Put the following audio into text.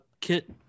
kit